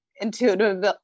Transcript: intuitive